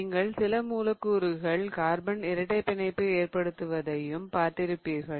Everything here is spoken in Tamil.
நீங்கள் சில மூலக்கூறுகள் கார்பன் இரட்டைப் பிணைப்பு ஏற்படுத்துவதையும் பார்த்திருப்பீர்கள்